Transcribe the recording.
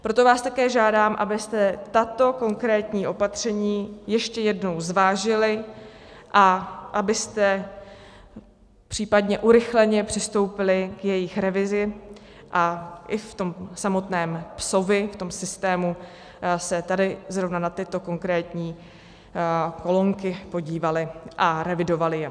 Proto vás také žádám, abyste tato konkrétní opatření ještě jednou zvážili a abyste případně urychleně přistoupili k jejich revizi a i v samotném PES, v tom systému, se tady zrovna na tyto konkrétní kolonky podívali a revidovali je.